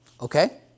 Okay